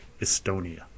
Estonia